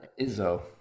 Izzo